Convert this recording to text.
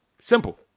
Simple